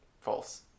false